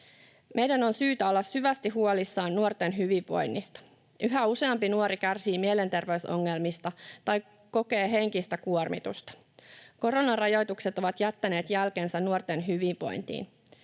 Meidän on syytä olla syvästi huolissamme nuorten hyvinvoinnista. Yhä useampi nuori kärsii mielenterveysongelmista tai kokee henkistä kuormitusta. Koronarajoitukset ovat jättäneet jälkensä nuorten hyvinvointiin.